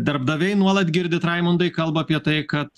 darbdaviai nuolat girdit raimundai nuolat kalba apie tai kad